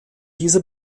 dieser